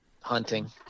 Hunting